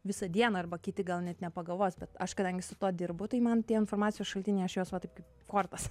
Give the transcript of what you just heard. visą dieną arba kiti gal net nepagalvos bet aš kadangi su tuo dirbu tai man tie informacijos šaltiniai aš juos va taip taip kortas